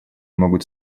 могут